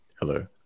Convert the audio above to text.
Hello